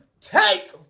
take